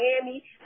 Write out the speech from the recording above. Miami